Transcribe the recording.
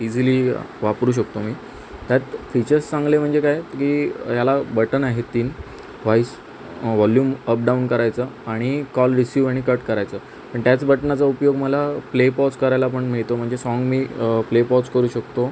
easily वापरू शकतो मी त्यात फिचर्स चांगले म्हणजे काय की याला बटन आहेत तीन व्हॉईस वॉल्युम अपडाऊन करायचं आणि कॉल रिसीव आणि कट करायचं पण त्याच बटनाचा उपयोग मला प्ले पॉज करायला पण मिळतो म्हणजे साँग मी प्ले पॉज करू शकतो